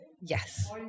Yes